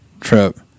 trip